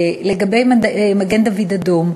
לגבי מגן-דוד-אדום,